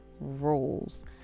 rules